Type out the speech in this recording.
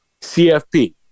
CFP